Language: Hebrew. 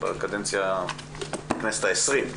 בכנסת ה-20.